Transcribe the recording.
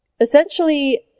essentially